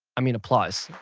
i mean applause.